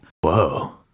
Whoa